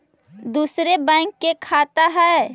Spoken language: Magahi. दुसरे बैंक के खाता हैं?